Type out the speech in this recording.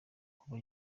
kuba